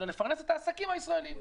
אלא לפרנס את העסקים הישראלים.